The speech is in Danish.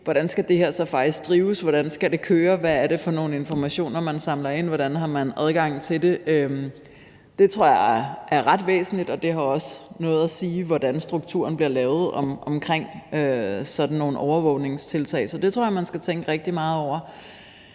hvordan det her så faktisk skal drives og køre, hvad det for nogle informationer man samler ind, og hvordan man har adgang til det. Det tror jeg er ret væsentligt, og det har også noget at sige, hvordan strukturen bliver lavet omkring sådan nogle overvågningstiltag. Så det tror jeg man skal tænke rigtig meget over.